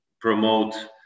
promote